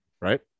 Right